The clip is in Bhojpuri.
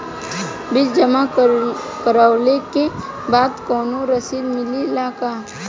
बिल जमा करवले के बाद कौनो रसिद मिले ला का?